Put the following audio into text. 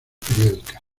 periódicas